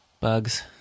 bugs